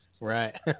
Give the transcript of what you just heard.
Right